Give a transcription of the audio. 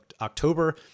October